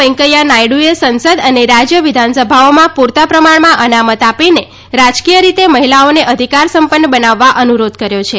વેંકૈયા નાયડુએ સંસદ અને રાજ્ય વિધાનસભાઓમાં પુરતા પ્રમાણમાં અનામત આપીને રાજયકીય રીતે મહિલાઓને અધિકાર સંપન્ન બનાવવા અનુરોધ કર્યો છે